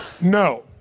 No